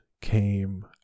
came